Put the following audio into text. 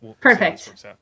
perfect